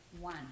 one